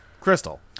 Crystal